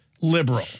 liberal